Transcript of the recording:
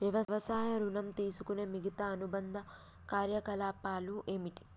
వ్యవసాయ ఋణం తీసుకునే మిగితా అనుబంధ కార్యకలాపాలు ఏమిటి?